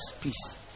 peace